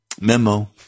memo